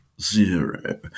zero